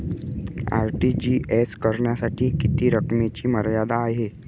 RTGS करण्यासाठी किती रकमेची मर्यादा आहे?